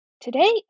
Today